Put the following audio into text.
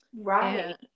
Right